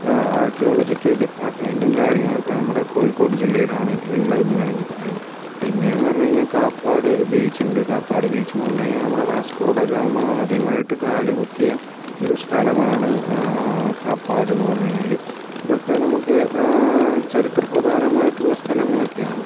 archaeological ഡിപ്പാർട്മെന്റ്റും കാര്യങ്ങളൊക്കെ നമ്മുടെ കോഴിക്കോട് ജില്ലയിലാണ് ഉള്ളത് എന്ന് വേണമെങ്കിൽ പറയാം പിന്നെ എന്ന് പറഞ്ഞു കഴിഞ്ഞാൽ കാപ്പാട് ബീച്ചുണ്ട് കാപ്പാട് ബീച്ച് എന്ന് പറഞ്ഞുകഴിഞ്ഞാൽ നമ്മുടെ വാസ്കോഡഗാമ ആദ്യമായിട്ട് കാലുകുത്തിയ ഒരു സ്ഥലമാണ് കാപ്പാട് എന്ന് പറഞ്ഞു കഴിഞ്ഞാല് ഇതൊക്കെ നമുക്ക് ചരിത്ര പ്രധാനമായിട്ടുഉള്ള സ്ഥലങ്ങളൊക്കെയാണ്